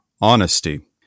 honesty